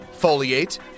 Foliate